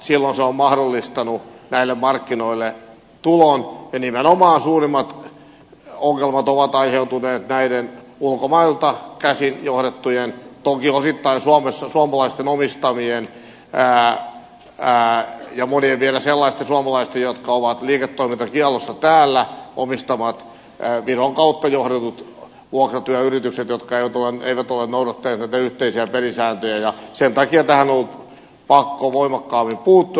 silloin se on mahdollistanut näille markkinoille tulon ja nimenomaan suurimmat ongelmat ovat aiheutuneet näistä ulkomailta käsin johdetuista toki osittain suomalaisten omistamista ja monien vielä sellaisten suomalaisten jotka ovat liiketoimintakiellossa täällä viron kautta johdetuista vuokratyöyrityksistä jotka eivät ole noudattaneet näitä yhteisiä pelisääntöjä ja sen takia tähän on ollut pakko voimakkaammin puuttua